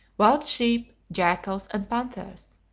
wild sheep, jackals, and panthers.